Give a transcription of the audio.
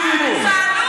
מינימום.